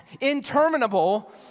interminable